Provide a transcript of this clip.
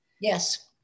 yes